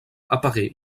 apparait